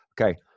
okay